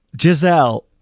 Giselle